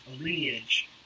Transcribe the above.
lineage